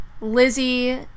Lizzie